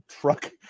truck